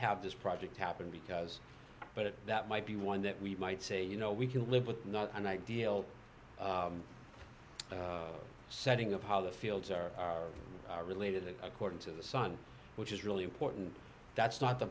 have this project happen because but that might be one that we might say you know we can live with not an ideal setting of how the fields are related according to the sun which is really important that's not the